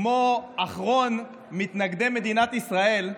כמו אחרון מתנגדי מדינת ישראל,